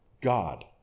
God